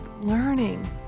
learning